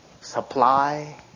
supply